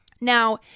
Now